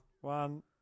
One